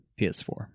PS4